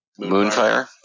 Moonfire